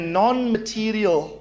non-material